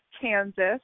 Kansas